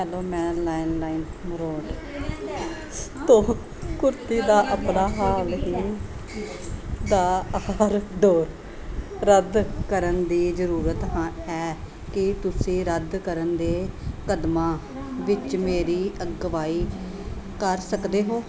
hello ਮੈਨੂੰ Limeroad ਤੋਂ ਕੁਰਤੀ ਦਾ ਆਪਣਾ ਹਾਲ ਹੀ ਦਾ ਆਰਡਰ ਰੱਦ ਕਰਨ ਦੀ ਜ਼ਰੂਰਤ ਹਾਂ ਹੈ ਕੀ ਤੁਸੀਂ ਰੱਦ ਕਰਨ ਦੇ ਕਦਮਾਂ ਵਿੱਚ ਮੇਰੀ ਅਗਵਾਈ ਕਰ ਸਕਦੇ ਹੋ